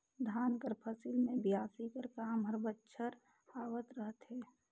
धान कर फसिल मे बियासी कर काम हर बछर आवत रहथे